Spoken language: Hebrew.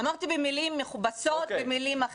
אמרתי שזה נאמר במילים מכובסות ובמילים אחרות.